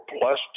plus